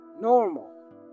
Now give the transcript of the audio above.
normal